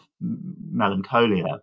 melancholia